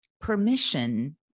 permission